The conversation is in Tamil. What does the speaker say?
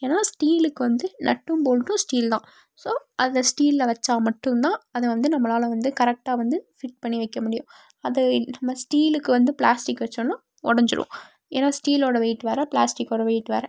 ஏன்னால் ஸ்டீலுக்கு வந்து நட்டும் போல்ட்டும் ஸ்டீல் தான் ஸோ அதை ஸ்டீலில் வச்சால் மட்டுந்தான் அதை வந்து நம்மளால் வந்து கரெக்டாக வந்து ஃபிட் பண்ணி வைக்க முடியும் அது இல் நம்ம ஸ்டீலுக்கு வந்து பிளாஸ்டிக் வச்சாலும் உடஞ்சிரும் ஏன்னால் ஸ்டீலோட வெயிட் வேறே பிளாஸ்டிக்கோட வெயிட் வேறே